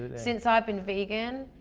ah since i've been vegan,